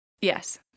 yes